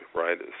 right